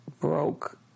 broke